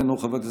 אינו נוכח,